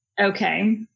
Okay